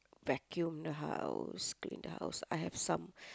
vacuum the house clean the house I have some